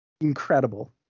Incredible